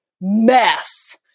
mess